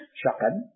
shakan